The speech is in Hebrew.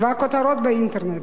והכותרת באינטרנט.